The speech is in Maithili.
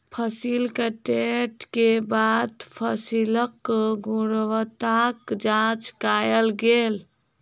फसिल कटै के बाद फसिलक गुणवत्ताक जांच कयल गेल